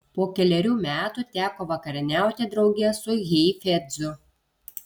po kelerių metų teko vakarieniauti drauge su heifetzu